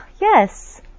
yes